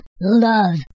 love